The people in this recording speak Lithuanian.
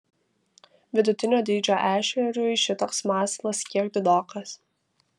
vidutinio dydžio ešeriui šitoks masalas kiek didokas